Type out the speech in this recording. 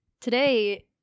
Today